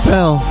Bell